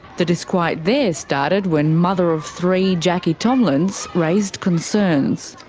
the disquiet there started when mother of three, jacqui tomlins, raised concerns.